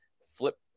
flip